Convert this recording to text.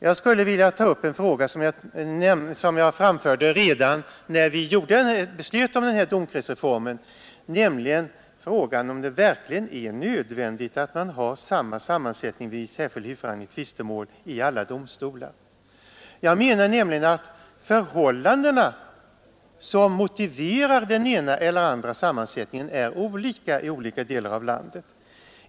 Jag skall ta upp en fråga som jag framförde redan i samband med 1969 års riksdagsbeslut om domkretsindelningen, nämligen om det verkligen är nödvändigt att ha en likadan sammansättning vid särskild huvudförhandling i tvistemål vid alla domstolar. Jag anser nämligen att de förhållanden som motiverar den ena eller andra sammansättningen är olika i olika delar av landet.